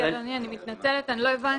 אדוני, אני מתנצלת, אני לא הבנתי.